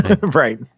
Right